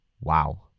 Wow